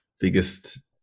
biggest